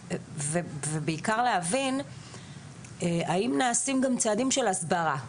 ובעיקר להבין האם נעשים גם צעדים של הסברה.